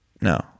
no